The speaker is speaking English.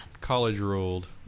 college-ruled